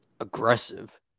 aggressive